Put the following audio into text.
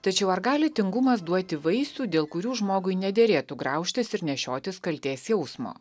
tačiau ar gali tingumas duoti vaisių dėl kurių žmogui nederėtų graužtis ir nešiotis kaltės jausmo